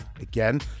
Again